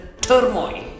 turmoil